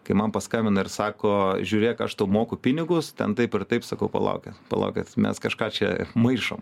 kai man paskambina ir sako žiūrėk aš tau moku pinigus ten taip ir taip sakau palaukit palaukit mes kažką čia maišom